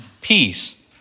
peace